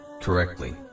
correctly